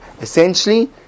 essentially